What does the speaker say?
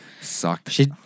Sucked